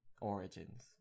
Origins